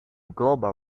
global